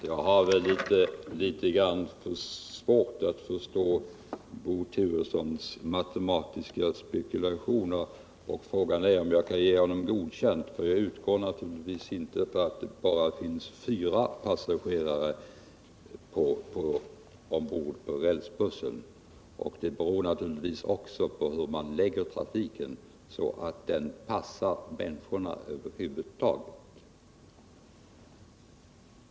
Herr talman! Jag har litet svårt att förstå Bo Turessons matematiska spekulationer, och frågan är om jag kan ge honom godkänt. Jag utgår naturligtvis från att det inte bara finns fyra passagerare ombord på rälsbussen. Beläggningen beror givetvis också på om man lägger trafiken så att den passar människorna över huvud taget.